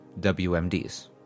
WMDs